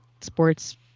sports